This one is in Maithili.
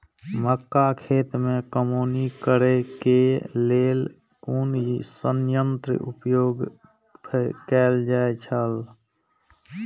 मक्का खेत में कमौनी करेय केय लेल कुन संयंत्र उपयोग कैल जाए छल?